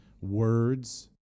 Words